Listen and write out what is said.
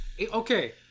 okay